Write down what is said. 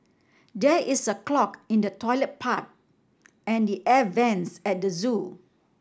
there is a clog in the toilet pipe and the air vents at the zoo